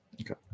Okay